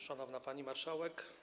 Szanowna Pani Marszałek!